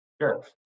sure